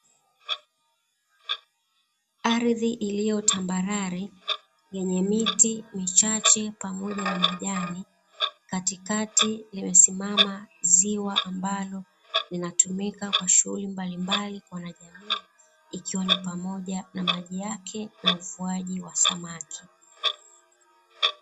Ardhi iliyo tambarare yenye miti michache pamoja na majani, katikati limesimama ziwa ambalo linatumika kwa shughuli mbali mbali ikiwa ni pamoja na maji yake na ufuaji wa samaki.